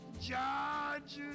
judge